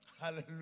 Hallelujah